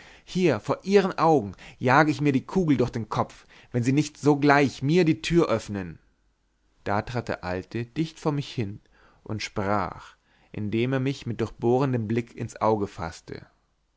hier vor ihren augen jage ich mir die kugel durch den kopf wenn sie nicht sogleich mir die tür öffnen da trat der alte dicht vor mir hin und sprach indem er mich mit durchbohrendem blick ins auge faßte